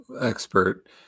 expert